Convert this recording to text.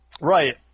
Right